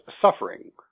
suffering